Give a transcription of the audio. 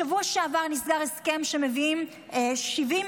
בשבוע שעבר נסגר הסכם שמביאים 70,000